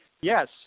yes